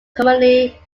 commonly